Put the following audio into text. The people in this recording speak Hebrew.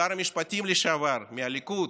שר המשפטים לשעבר מהליכוד,